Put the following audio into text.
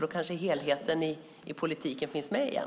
Då kanske helheten i politiken finns med igen.